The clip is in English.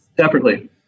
Separately